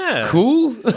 cool